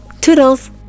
Toodles